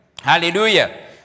Hallelujah